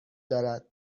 دارد